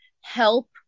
help